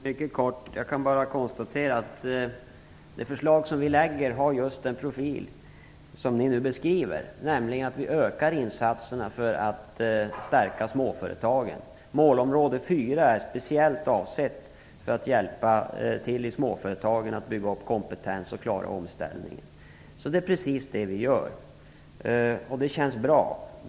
Fru talman! Jag kan bara konstatera att det förslag vi lägger fram har just den profil som nu beskrivs. Vi ökar insatserna för att stärka småföretagen. Målområde 4 är speciellt avsett för att hjälpa till med att bygga upp kompetens i småföretagen så att de klarar omställningen. Det är precis det vi gör, och det känns bra.